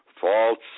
false